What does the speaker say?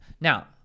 now